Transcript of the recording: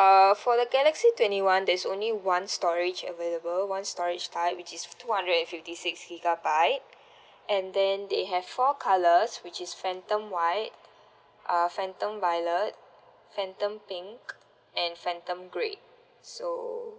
uh for the galaxy twenty one there's only one storage available one storage type which is two hundred and fifty six gigabyte and then they have four colours which is phantom white uh phantom violet phantom pink and phantom grey so